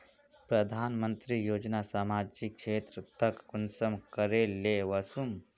प्रधानमंत्री योजना सामाजिक क्षेत्र तक कुंसम करे ले वसुम?